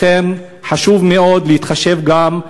לכן חשוב מאוד להתחשב גם,